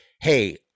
Hey